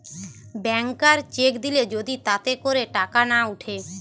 ব্যাংকার cheque দিলে যদি তাতে করে টাকা না উঠে